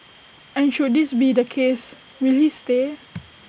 and should this be the case will he stay